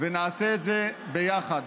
ונעשה את זה ביחד.